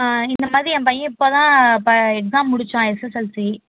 ஆ இந்த மாதிரி ஏன் பையன் இப்போ தான் ப எக்ஸாம் முடிச்சான் எஸ்எஸ்எல்சி